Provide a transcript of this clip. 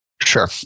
Sure